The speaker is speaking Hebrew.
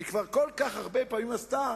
היא כבר כל כך הרבה פעמים עשתה,